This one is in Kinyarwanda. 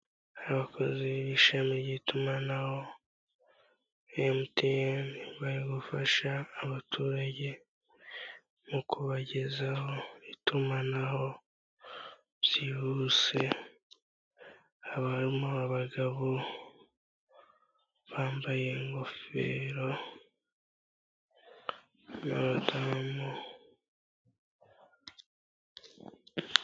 Abakozi b' ishami ry'itumanaho MTN, bari gufasha abaturage mu kubagezaho itumanaho byihuse, haba harimo abagabo bambaye ingofero n'abadamu.